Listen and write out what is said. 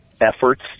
efforts